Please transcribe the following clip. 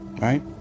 Right